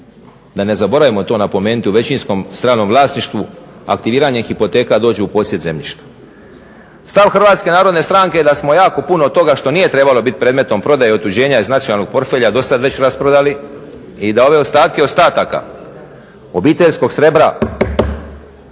da ne zaboravimo to napomenuti u većinskom stanom vlasništvu aktiviranje hipoteka dođe u posjed zemljišta. Stav HNS-a je da smo jako puno toga što nije trebalo biti predmetom prodaje i otuđenja iz nacionalnog portfelja dosad već rasprodali i da ove ostatke ostataka obiteljskog srebra